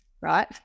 right